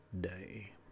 day